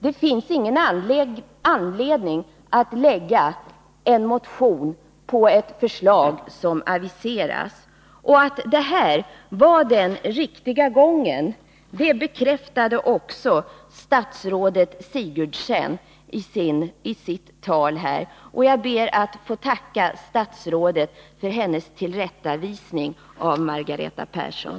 Det finns ingen anledning att väcka motion på grundval av ett förslag som har aviserats. Att detta var den riktiga gången bekräftade också statsrådet Sigurdsen i sitt anförande. Jag ber att få tacka statsrådet för den tillrättavisning hon gav Margareta Persson.